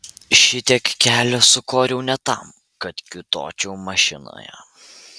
šitiek kelio sukoriau ne tam kad kiūtočiau mašinoje